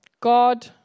God